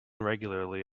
regularly